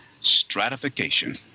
stratification